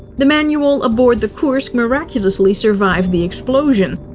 the manual aboard the kursk miraculously survived the explosion.